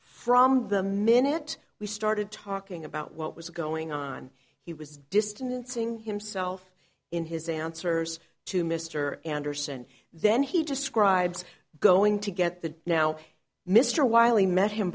from the minute we started talking about what was going on he was distancing himself in his answers to mr anderson then he describes going to get the now mr wiley met him